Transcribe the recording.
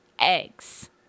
eggs